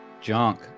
junk